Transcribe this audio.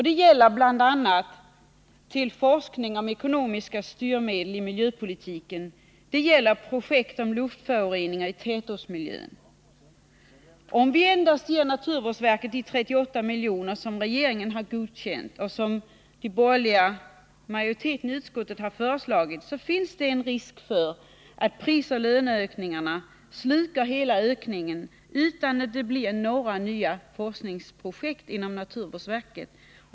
Det gäller bl.a. forskning om ekonomiska styrmedel i miljöpolitiken och projekt om luftföroreningar i tätortsmiljön. Om vi endast ger naturvårdsverket de 38 miljoner som regeringen har föreslagit och den borgerliga majoriteten i utskottet har godkänt, finns det risk för att prisoch löneökningarna slukar hela ökningen utan att det blir några nya forsknings 143 projekt inom naturvårdsverket.